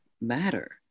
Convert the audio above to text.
matter